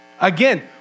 Again